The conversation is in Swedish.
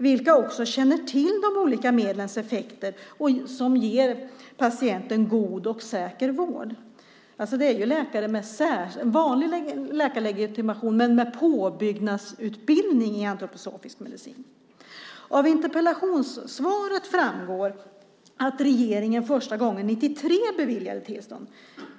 som också känner till de olika medlens effekter och som ger patienten god och säker vård. Det är ju läkare med vanlig läkarlegitimation men med påbyggnadsutbildning i antroposofisk medicin. Av interpellationssvaret framgår att regeringen beviljade tillstånd första gången 1993.